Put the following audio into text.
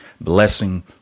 blessing